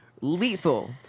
lethal